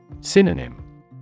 Synonym